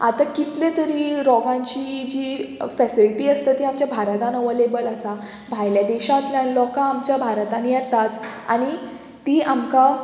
आतां कितले तरी रोगांची जी फेसिलिटी आसता ती आमच्या भारतान अवलेबल आसा भायल्या देशांतल्यान लोकां आमच्या भारतान येताच आनी ती आमकां